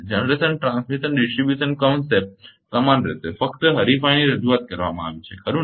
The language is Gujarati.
જનરેશન ટ્રાન્સમિશન ડિસ્ટ્રિબ્યુશન કન્સેપ્ટ સમાન રહેશે ફક્ત હરીફાઈની રજૂઆત કરવામાં આવી છે ખરુ ને